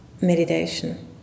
meditation